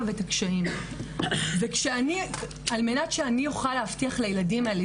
ואת הקשיים ועל מנת שאני אוכל להבטיח לילדים האלה,